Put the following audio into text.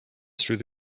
through